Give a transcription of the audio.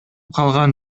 калган